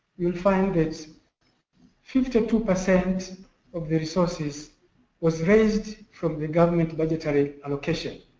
you will find that fifty two percent of the resources was raised from the government budgetary allocation.